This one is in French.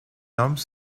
hommes